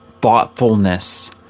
thoughtfulness